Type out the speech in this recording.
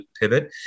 pivot